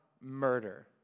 murder